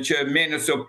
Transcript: čia mėnesio